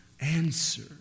answer